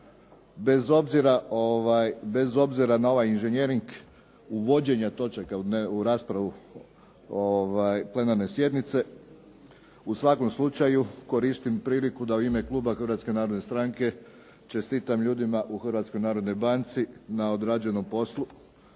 bez obzira na ovaj inženjering uvođenja točaka u raspravu plenarne sjednice. U svakom slučaju koristim priliku da u ime kluba Hrvatske narodne stranke čestitam ljudima u Hrvatskoj narodnoj banci na odrađenom poslu.